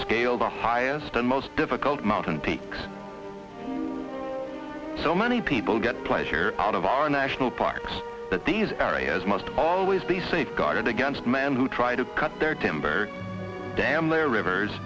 scaled the highest and most difficult mountain peaks so many people get pleasure out of our national parks but these areas must always be safeguarded against men who try to cut their timber dam their rivers